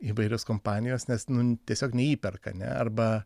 įvairios kompanijos nes tiesiog neįperka ne arba